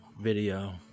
video